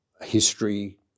history